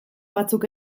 batzuk